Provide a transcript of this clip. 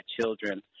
children